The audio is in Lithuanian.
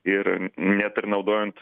ir net ir naudojant